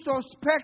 suspect